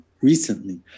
recently